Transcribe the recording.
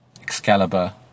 Excalibur